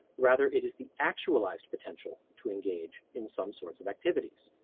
rather it is the actualized potential to engage in some sorts of activities.